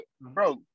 bro